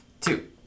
Two